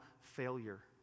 failure